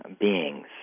beings